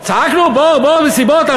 צעקנו: מסיבות?